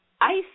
ice